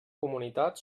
comunitat